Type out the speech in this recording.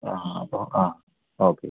ആ അപ്പോൾ ആ ഓക്കെ